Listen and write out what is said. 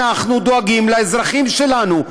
אנחנו דואגים לאזרחים שלנו.